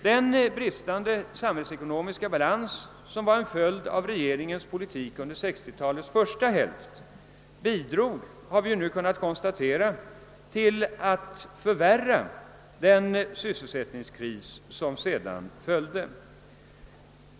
Den bristande samhällsekonomiska balans som är en följd av regeringens politik under 1960-talets första hälft bidrog, har vi nu kunnat konstatera, till att förvärra den sysselsättningskris som sedan följde.